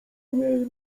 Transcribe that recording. niej